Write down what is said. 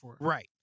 Right